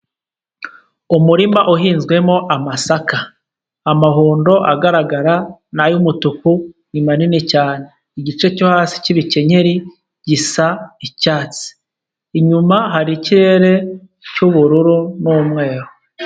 Umurima uhinzwemo amasaka, amahundo agaragara ni ay'umutuku ni manini cyane, igice cyo hasi cy'ibikenyeri gisa icyatsi inyuma hari ikirere cy'ubururu n'umweru.